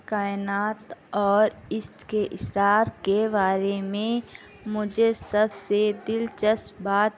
کائنات اور اس کے اثرات کے بارے میں مجھے سب سے دلچسپ بات